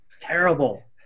terrible